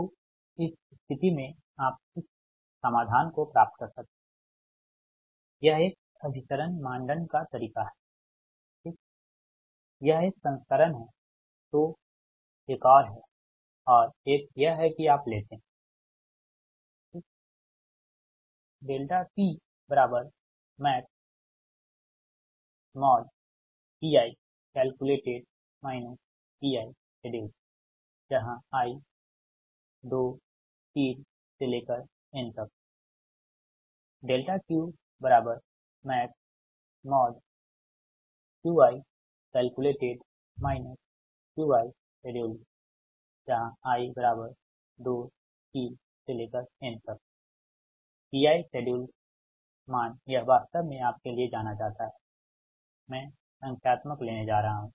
तो इस स्थिति में आप उस समाधान को प्राप्त कर सकते हैं यह एक अभिसरण मानदंड का तरीका हैठीक यह एक संस्करण है तो एक और है और एक यह है कि आप लेते हैं PmaxPi calculated Pi scheduledi23n QmaxQi calculated Qi scheduledi23n Pi scheduled मान यह वास्तव में आप के लिए जाना जाता है मैं संख्यात्मक लेने जा रहा हूं